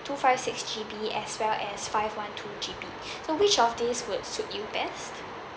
two five six G_B as well as five on two G_B so which of these would suit you best